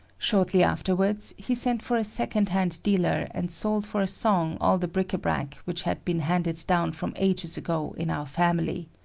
shortly afterwards he sent for a second-hand dealer and sold for a song all the bric-a-bric which had been handed down from ages ago in our family.